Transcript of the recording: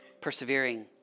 persevering